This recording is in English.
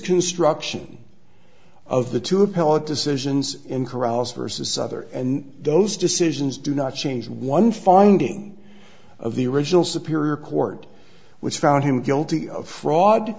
construction of the two appellate decisions in corrals versus other and those decisions do not change one finding of the original superior court which found him guilty of fraud